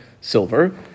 silver